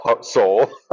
soul